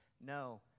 No